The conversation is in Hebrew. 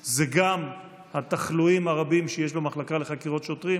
בהם זה גם התחלואים הרבים שיש במחלקה לחקירות שוטרים.